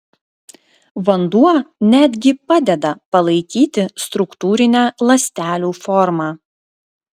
vanduo net gi padeda palaikyti struktūrinę ląstelių formą